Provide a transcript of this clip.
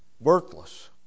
worthless